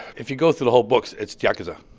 if you go through the whole books, it's yakuza